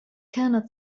كانت